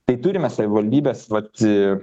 tai turime savivaldybes vat